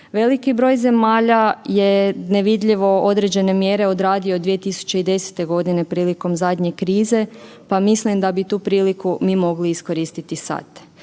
Veliki broj zemalja je nevidljivo određene mjere odradio 2010. Godine prilikom zadnje krize pa mislim da bi tu priliku mi mogli iskoristiti sad.